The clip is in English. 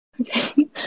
Okay